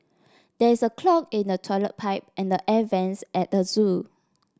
there is a clog in the toilet pipe and the air vents at the zoo